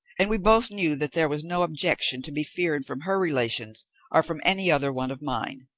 and we both knew that there was no objection to be feared from her relations or from any other one of mine.